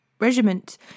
regiment